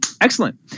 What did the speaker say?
excellent